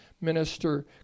minister